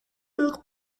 leurs